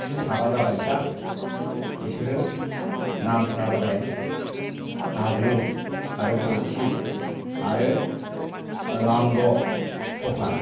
बिसोर साबा जाबाय दा बिसोरो नामफ्रा जाबाय हाजो आरो बथि आरो लाम्र' सखा